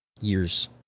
years